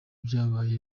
byabaye